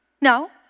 No